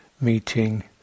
meeting